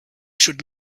should